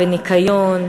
בניקיון,